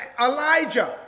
Elijah